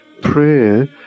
Prayer